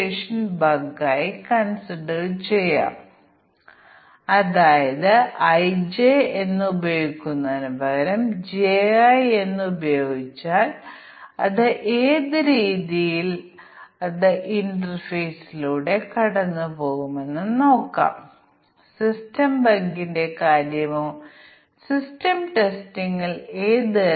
1 നിർദ്ദിഷ്ട പരാമീറ്റർ ശരിയാണോ തെറ്റാണോ എന്ന് സജ്ജമാക്കുന്നിടത്തോളം പ്രശ്നം സംഭവിക്കുകയും ജോഡി തിരിച്ചുള്ള തെറ്റ് 2 വഴി തെറ്റുകൾ ആകുകയും ചെയ്യുന്നിടത്തോളം 1 വേ തെറ്റിലെ 1 വേ തെറ്റ് ആണ് ഏറ്റവും ലളിതമായ ടി വേ തെറ്റ്